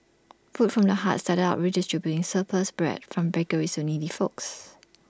food from the heart started out redistributing surplus bread from bakeries needy folks